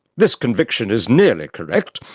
this conviction is nearly correct,